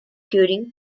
curing